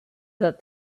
that